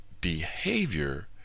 behavior